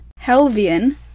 Helvian